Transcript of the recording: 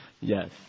Yes